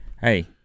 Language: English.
Hey